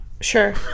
Sure